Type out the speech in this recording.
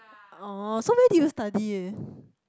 orh so where did you study eh